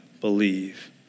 believe